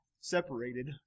separated